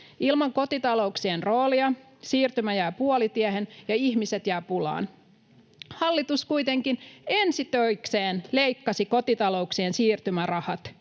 Ilman kotitalouksien roolia siirtymä jää puolitiehen ja ihmiset jäävät pulaan. Hallitus kuitenkin ensi töikseen leikkasi kotitalouksien siirtymärahat.